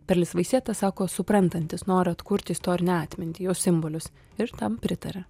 perlis vaisieta sako suprantantis norą atkurti istorinę atmintį jos simbolius ir tam pritaria